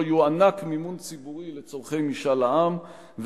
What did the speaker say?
יוענק מימון ציבורי לצורכי משאל העם,